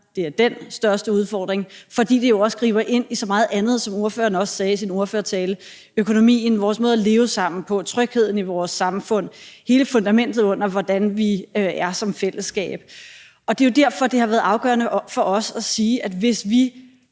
det er den største udfordring, fordi den jo også griber ind i så meget andet, som ordføreren også sagde i sin ordførertale: økonomien, vores måde at leve sammen på, trygheden i vores samfund, hele fundamentet under, hvordan vi er som fællesskab. Det er jo derfor, det har været afgørende for os at sige, at hvis vi,